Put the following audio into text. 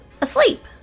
asleep